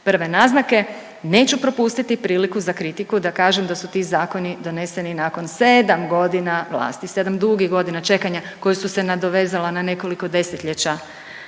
prve naznake neću propustiti priliku za kritiku da kažem da su ti zakoni doneseni nakon 7 godina vlasti. 7 dugih godina čekanja koji su se nadovezala na nekoliko desetljeća